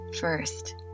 first